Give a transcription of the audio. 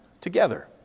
together